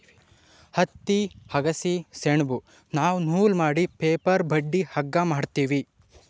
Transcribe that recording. ಹತ್ತಿ ಅಗಸಿ ಸೆಣಬ್ದು ನಾವ್ ನೂಲ್ ಮಾಡಿ ಪೇಪರ್ ಬಟ್ಟಿ ಹಗ್ಗಾ ಮಾಡ್ತೀವಿ